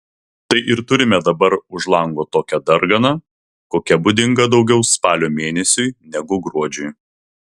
tai ir turime dabar už lango tokią darganą kokia būdinga daugiau spalio mėnesiui negu gruodžiui